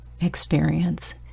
experience